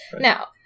Now